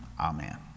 Amen